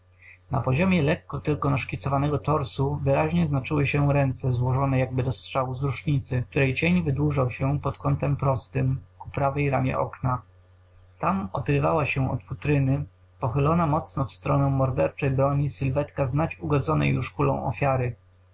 na poziomie lekko tylko naszkicowanego torsu wyraźnie znaczyły się ręce złożone jakby do strzału z rusznicy której cień wydłużał się pod kątem ostrym ku prawej ramie okna tam odrywała się od futryny pochylona mocno w stronę morderczej broni sylwetka znać ugodzonej już kulą ofiary